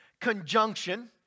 conjunction